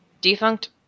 defunct